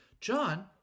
John